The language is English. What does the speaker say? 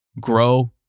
Grow